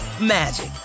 magic